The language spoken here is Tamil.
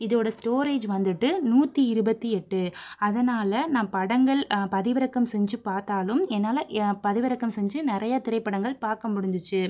இதோட ஸ்டோரேஜ் வந்துட்டு நூற்றி இருபத்தி எட்டு அதனால் நான் படங்கள் பதிவிறக்கம் செஞ்சு பார்த்தாலும் என்னால் பதிவிறக்கம் செஞ்சு நிறையா திரைப்படங்கள் பார்க்க முடிஞ்சிச்சு